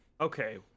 Okay